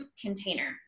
container